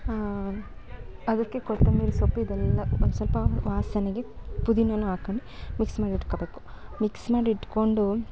ಹಾಂ ಅದಕ್ಕೆ ಕೊತ್ತಂಬರಿ ಸೊಪ್ಪು ಇದೆಲ್ಲಾ ಒಂದು ಸ್ವಲ್ಪ ವಾಸನೆಗೆ ಪುದೀನಾ ಹಾಕ್ಕೊಂಡು ಮಿಕ್ಸ್ ಮಾಡಿಟ್ಕೊಬೇಕು ಮಿಕ್ಸ್ ಮಾಡಿಟ್ಕೊಂಡು